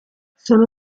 sono